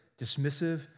dismissive